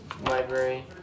library